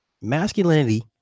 masculinity